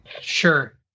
Sure